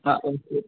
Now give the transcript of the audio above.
हाँ ओके